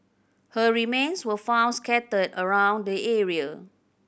her remains were found scattered around the area